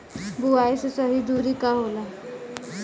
बुआई के सही दूरी का होला?